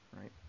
Right